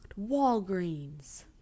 Walgreens